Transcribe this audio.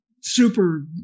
super